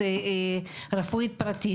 במסגרת רפואית פרטית